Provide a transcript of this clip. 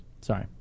Sorry